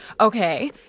Okay